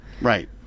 right